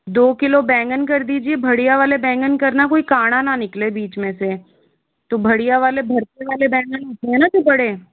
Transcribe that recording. दो किलो बैंगन कर दीजिए बढ़िया वाले बैंगन करना कोई कांड़ा ना निकले बीच में से तो बढ़िया वाले भर्ते वाले बैंगन होते हैं न जो बड़े